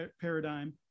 paradigm